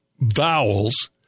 vowels